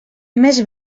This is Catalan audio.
més